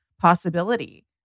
possibility